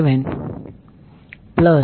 647j1